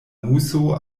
muso